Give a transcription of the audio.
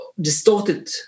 distorted